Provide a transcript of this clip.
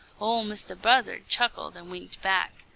ol' mistah buzzard chuckled and winked back.